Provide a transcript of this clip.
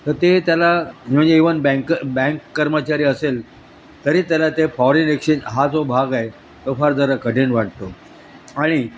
तर ते त्याला म्हणजे इव्हन बँक बँक कर्मचारी असेल तरी त्याला ते फॉरेन एक्सचेंज हा जो भाग आहे तो फार जरा कठीण वाटतो आणि